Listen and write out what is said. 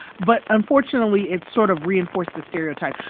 but unfortunately, it sort of reinforced the stereotype.